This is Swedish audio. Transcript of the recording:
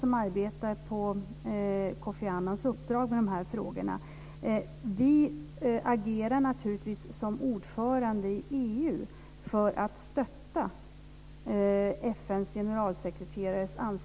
Utanför vår ö är det två mindre öar som är befolkade året om.